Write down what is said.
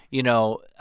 you know,